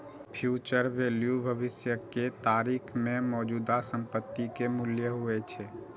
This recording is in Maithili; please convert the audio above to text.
फ्यूचर वैल्यू भविष्य के तारीख मे मौजूदा संपत्ति के मूल्य होइ छै